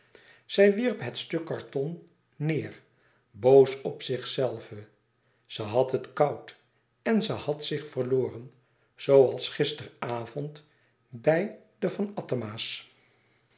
zij wierp het stuk karton neêr boos op zichzelve ze had het koud en ze had zich verloren zooals gisteren avond bij de van attema's ik